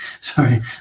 sorry